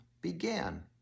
began